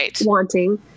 wanting